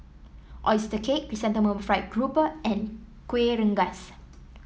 oyster cake Chrysanthemum Fried Grouper and Kueh Rengas